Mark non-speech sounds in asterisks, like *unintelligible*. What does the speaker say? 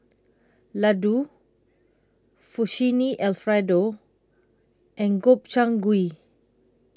Ladoo *unintelligible* Alfredo and Gobchang Gui